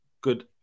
good